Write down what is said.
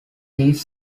these